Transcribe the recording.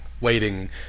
waiting